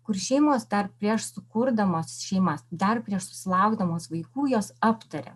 kur šeimos dar prieš sukurdamos šeimas dar prieš susilaukdamos vaikų jos aptarė